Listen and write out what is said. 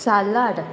salad